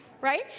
right